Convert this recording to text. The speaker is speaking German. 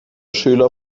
schüler